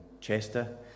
Chester